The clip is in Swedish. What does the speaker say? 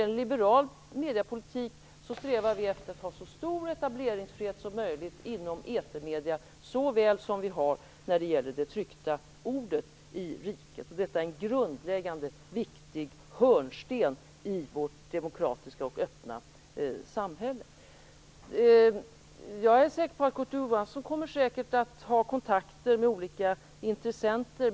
Vi liberaler strävar efter att i vår mediepolitik ha så stor etableringsfrihet som möjligt inom etermedierna, på det sätt som vi har när det gäller det tryckta ordet i riket. Detta är en grundläggande och viktig hörnsten i vårt demokratiska och öppna samhälle. Jag är säker på att Kurt Ove Johansson säkert kommer att ha kontakter med olika intressenter.